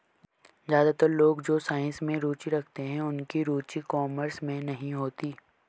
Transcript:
ज्यादातर लोग जो साइंस में रुचि रखते हैं उनकी रुचि कॉमर्स में नहीं होती